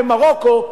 במרוקו,